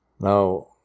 Now